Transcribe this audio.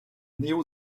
néo